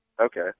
Okay